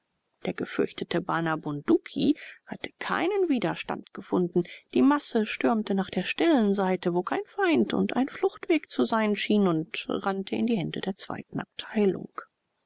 der gefürchtete bana bunduki hatte keinen widerstand gefunden die masse stürmte nach der stillen seite wo kein feind und ein fluchtweg zu sein schien und rannte in die hände der zweiten abteilung